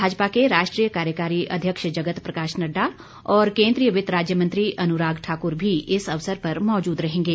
भाजपा के राष्ट्रीय कार्यकारी अध्यक्ष जगत प्रकाश नड्डा और केंद्रीय वित्त राज्यमंत्री अनुराग ठाकुर भी इस अवसर पर मौजूद रहेंगे